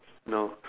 no